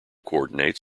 coordinate